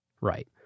Right